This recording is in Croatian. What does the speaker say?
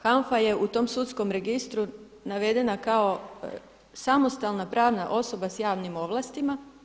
HANFA je u tom sudskom registru navedena kao samostalna pravna osoba sa javnim ovlastima.